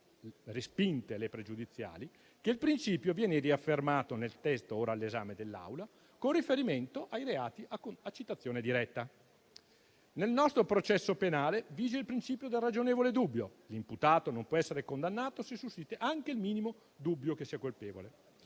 il principio viene riaffermato nel testo ora all'esame dell'Assemblea con riferimento ai reati a citazione diretta. Nel nostro processo penale vige il principio del ragionevole dubbio: l'imputato non può essere condannato, se sussiste anche il minimo dubbio che sia colpevole